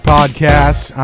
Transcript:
Podcast